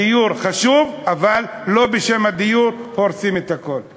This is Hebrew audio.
הדיור חשוב, אבל לא הורסים את הכול בשם הדיור.